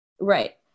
Right